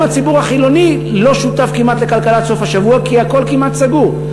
גם הציבור החילוני לא שותף כמעט לכלכלת סוף השבוע כי הכול כמעט סגור.